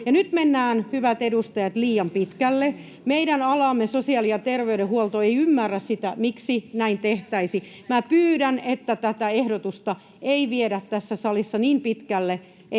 Nyt mennään, hyvät edustajat, liian pitkälle. Meidän alamme, sosiaali- ja terveydenhuolto, ei ymmärrä, miksi näin tehtäisiin. [Leena Meri: Ei tämä liity tähän esitykseen!] Pyydän, että tätä ehdotusta ei viedä tässä salissa niin pitkälle,